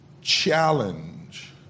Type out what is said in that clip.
challenge